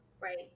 Right